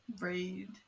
Read